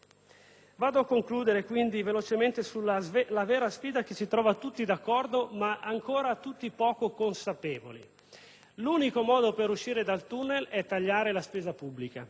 questi! Concludo con la vera sfida che ci trova tutti d'accordo, ma ancora tutti poco consapevoli. L'unico modo per uscire dal tunnel è tagliare la spesa pubblica.